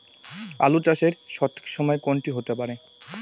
আলু চাষের সঠিক সময় কোন টি হতে পারে?